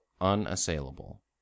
unassailable